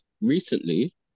recently